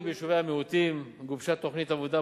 ביישובי המיעוטים: גובשה תוכנית עבודה,